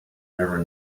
never